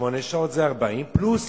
שמונה שעות, זה 40, פלוס